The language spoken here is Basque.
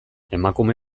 emakume